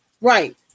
Right